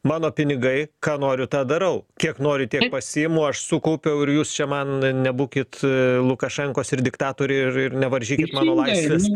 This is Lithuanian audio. mano pinigai ką noriu tą darau kiek noriu tiek pasiimu aš sukaupiau ir jūs čia man nebūkit lukašenkos ir diktatoriai ir ir nevaržykit mano laisvės